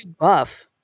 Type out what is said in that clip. buff